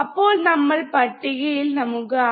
അപ്പോൾ നമ്മളെ പട്ടികയിൽ നമുക്ക് 6